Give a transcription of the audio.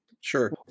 Sure